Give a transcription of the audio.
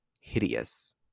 hideous